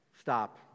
Stop